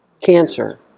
cancer